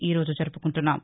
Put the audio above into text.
ఈ రోజు జరుపుకుంటున్నాం